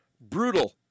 brutal